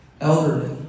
elderly